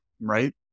right